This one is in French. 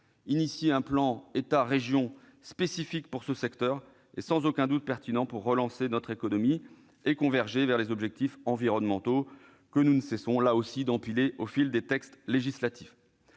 Lancer un plan État-région spécifique pour ce secteur est sans aucun doute pertinent pour relancer notre économie et converger vers les objectifs environnementaux que nous ne cessons, là aussi, d'empiler au fil des textes législatifs.